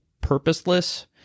purposeless